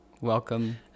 Welcome